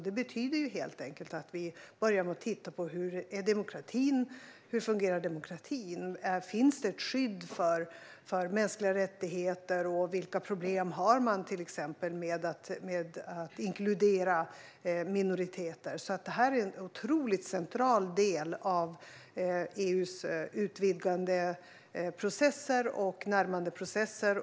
Det betyder helt enkelt att vi börjar med att titta på hur demokratin fungerar. Finns det ett skydd för mänskliga rättigheter? Vilka problem har man med att till exempel inkludera minoriteter? Det här är en otroligt central del av EU:s utvidgandeprocesser och närmandeprocesser.